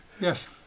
Yes